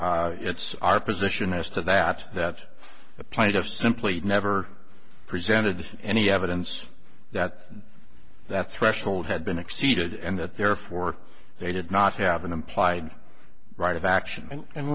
zakk it's our position as to that that the plight of simply never presented any evidence that that threshold had been exceeded and that therefore they did not have an implied right of action and